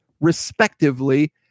respectively